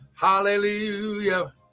Hallelujah